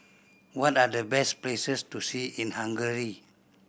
what are the best places to see in Hungary